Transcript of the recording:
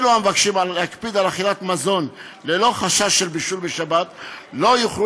אלו המבקשים להקפיד על אכילת מזון ללא חשש של בישול בשבת לא יוכלו